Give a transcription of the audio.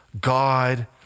God